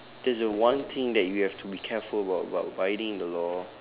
that's the one thing that you have to be careful about about abiding the law